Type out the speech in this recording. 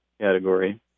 category